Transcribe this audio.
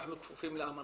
אנחנו כפופים לאמנות.